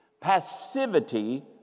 Passivity